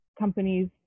Companies